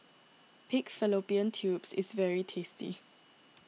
Pig Fallopian Tubes is very tasty